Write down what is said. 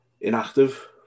inactive